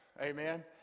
Amen